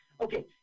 Okay